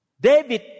David